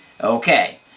Okay